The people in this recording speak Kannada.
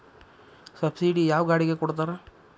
ಸಬ್ಸಿಡಿ ಯಾವ ಗಾಡಿಗೆ ಕೊಡ್ತಾರ?